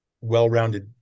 well-rounded